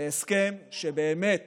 להסכם שבאמת